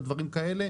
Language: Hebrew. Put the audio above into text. או דברים כאלה,